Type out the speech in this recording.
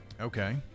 Okay